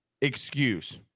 excuse